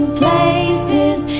places